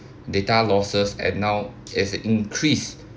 data losses and now there's a increase